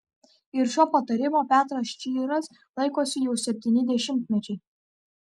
ir šio patarimo petras čyras laikosi jau septyni dešimtmečiai